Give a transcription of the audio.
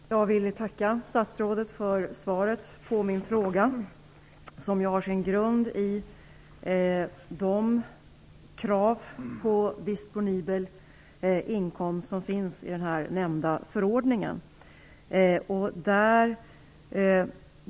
Fru talman! Jag vill tacka statsrådet för svaret på min fråga, som har sin grund i de krav på disponibel inkomst som finns i den nämnda förordningen.